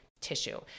tissue